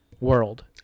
world